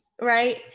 Right